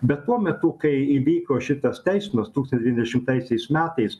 bet tuo metu kai įvyko šitas teismas tūkstantis devyniasdešimtaisiais metais